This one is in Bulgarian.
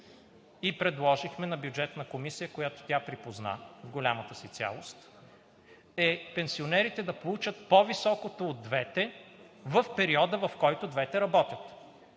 и предложихме на Бюджетна комисия, която тя припозна в голямата си цялост, е пенсионерите да получат по-високото от двете в периода, в който двете работят.